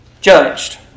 judged